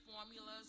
formulas